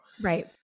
Right